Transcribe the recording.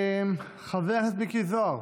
חבר הכנסת מיקי זוהר